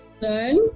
learn